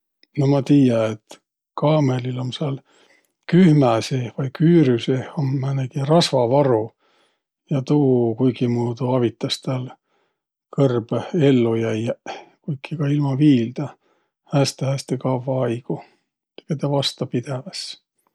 No ma tiiä, et kaamõlil um sääl kühmä seeh vai küürü seeh um määnegi rasvavaru ja tuu kuikimuudu avitas täl kõrbõh ello jäiäq kuiki ka ilma viildäq häste-häste kavva aigo, tege tä vastapidäväs.